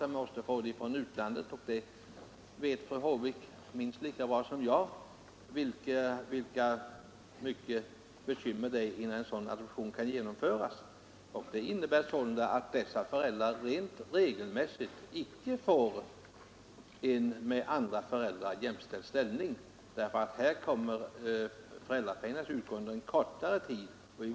Man måste få det från utlandet, och fru Håvik vet lika bra som jag vilka bekymmer det är innan en sådan adoption kan genomföras. Det innebär att dessa föräldrar regelmässigt icke får en med andra föräldrar jämbördig ställning. Här kommer alltså föräldrapenning att utgå under kortare tid.